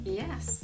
yes